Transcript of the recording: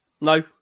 No